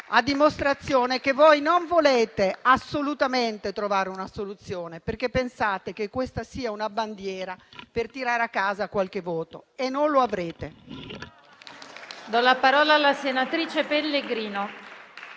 a dimostrazione del fatto che non volete assolutamente trovare una soluzione, perché pensate che questa sia una bandiera per tirare a casa qualche voto. E non lo avrete.